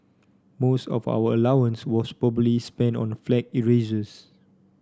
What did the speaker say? most of our allowance was probably spent on flag erasers